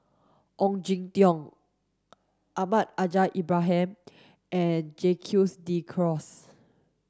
Ong Jin Teong Almahdi Al Haj Ibrahim and Jacques de Coutre